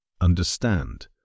understand